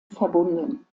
verbunden